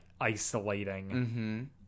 isolating